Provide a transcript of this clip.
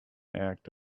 act